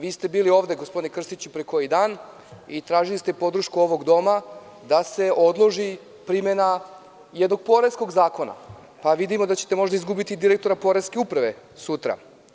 Vi ste bili ovde, gospodine Krstiću, pre koji dan i tražili ste podršku ovog doma da se odloži primena jednog poreskog zakona, pa vidimo da ćete možda izgubiti direktora poreske uprave sutra.